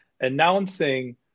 announcing